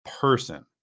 person